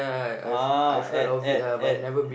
uh at at at